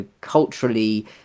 culturally